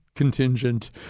contingent